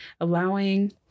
allowing